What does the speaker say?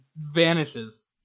vanishes